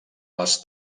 les